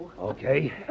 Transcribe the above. Okay